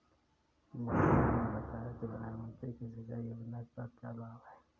मुखिया ने बताया कि प्रधानमंत्री कृषि सिंचाई योजना का क्या लाभ है?